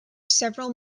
several